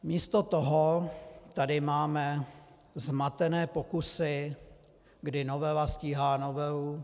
Místo toho tady máme zmatené pokusy, kdy novela stíhá novelu.